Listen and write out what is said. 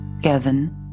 Gavin